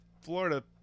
Florida